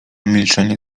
milczenie